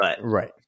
Right